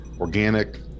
organic